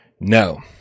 No